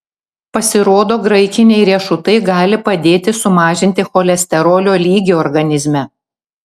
pasirodo graikiniai riešutai gali padėti sumažinti cholesterolio lygį organizme